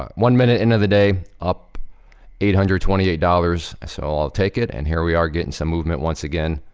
um one minute into the day, up eight hundred and twenty eight dollars, so, i'll take it. and here we are, gettin' some movement, once again.